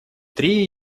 три